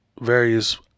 various